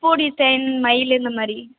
பூ டிசைன் மயில் இந்த மாதிரி